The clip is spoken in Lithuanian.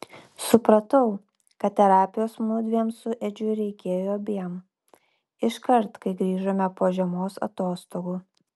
supratau kad terapijos mudviem su edžiu reikėjo abiem iškart kai grįžome po žiemos atostogų